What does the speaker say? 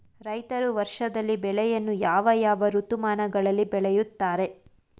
ರೈತರು ವರ್ಷದಲ್ಲಿ ಬೆಳೆಯನ್ನು ಯಾವ ಯಾವ ಋತುಮಾನಗಳಲ್ಲಿ ಬೆಳೆಯುತ್ತಾರೆ?